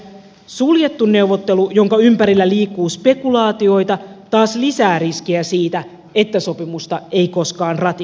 suljettu neuvottelu jonka ympärillä liikkuu spekulaatioita taas lisää riskiä siitä että sopimusta ei koskaan ratifioida